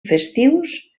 festius